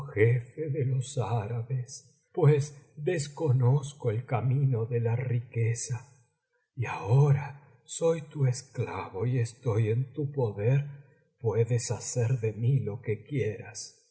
los árabes pues desconozco el camino de la riqueza y ahora soy tu esclavo y estoy en tu poder puedes hacer de mí lo que quieras